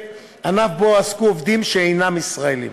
ענף שבו הועסקו עובדים שאינם ישראלים.